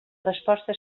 resposta